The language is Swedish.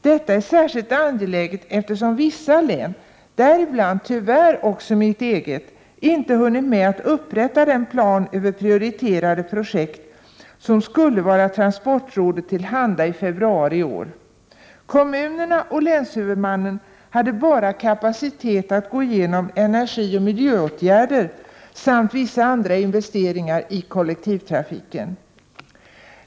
Detta är särskilt 157 angeläget, eftersom vissa län, däribland tyvärr också mitt eget, inte har hunnit med att upprätta den plan över prioriterade projekt som skulle vara transportrådet till handa i februari i år. Kommunerna och länshuvudmannen hade bara kapacitet att gå igenom energioch miljöåtgärder samt vissa andra investeringar i kollektivtrafiken.